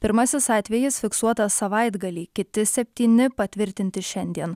pirmasis atvejis fiksuotas savaitgalį kiti septyni patvirtinti šiandien